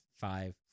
five